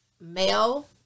male